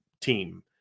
team